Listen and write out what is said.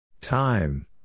Time